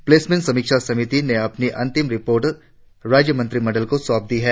placement समीक्षा समिति ने अपनी अंतिम रिपोर्ट राज्य मंत्रिमंडल को सौंप दी है